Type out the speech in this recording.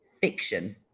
fiction